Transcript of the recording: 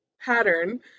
pattern